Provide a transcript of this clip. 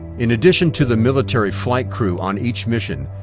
in addition to the military flight crew on each mission,